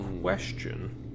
Question